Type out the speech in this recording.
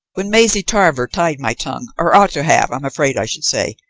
when maisie tarver tied my tongue or ought to have, i'm afraid i should say.